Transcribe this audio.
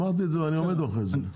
אמרתי את זה ואני עומד מאחורי זה,